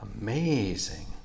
Amazing